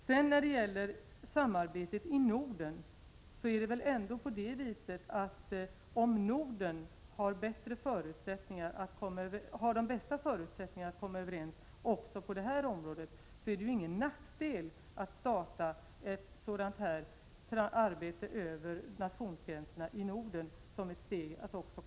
Fru talman! Det är rätt att diskussionerna i Nordiska ministerrådet, senast i Åbo, har varit mycket besvärliga och att arbetsgivarföreningarna i de olika nordiska länderna har varit benhårda. Men diskussionen senast visade faktiskt på vissa öppningar. Lars-Ove Hagberg hade en följdfråga om hur länge vi skall vänta. Jag sade i mitt svar att arbetsgruppen inom Nordiska ministerrådet under våren 1988 kommer att lägga fram en slutrapport. Beträffande etappindelningen får vi vänta åtminstone till våren 1988.